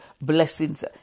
blessings